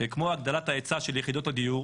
כמו הגדלת ההיצע של יחידות הדיור,